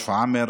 שפרעם,